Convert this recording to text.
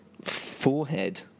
forehead